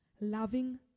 loving